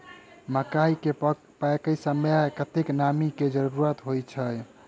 मकई केँ पकै समय मे कतेक नमी केँ जरूरत होइ छै?